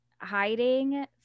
hiding